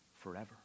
forever